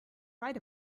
right